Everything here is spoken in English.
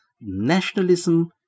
nationalism